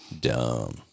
dumb